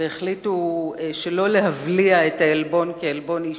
והחליטו שלא להבליע את העלבון ושלא לתפוס אותו כעלבון אישי,